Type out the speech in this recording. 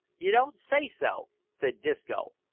you don't say so? said disco,